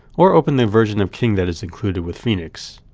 or open the version of king that is included with phenix.